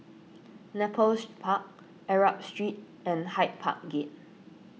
Nepal Park Arab Street and Hyde Park Gate